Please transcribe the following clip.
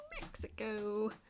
Mexico